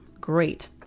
great